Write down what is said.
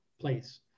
place